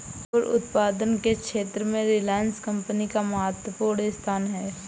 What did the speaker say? rubber उत्पादन के क्षेत्र में रिलायंस कम्पनी का महत्त्वपूर्ण स्थान है